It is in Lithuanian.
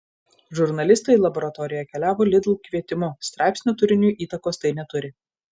žurnalistai į laboratoriją keliavo lidl kvietimu straipsnio turiniui įtakos tai neturi